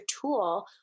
tool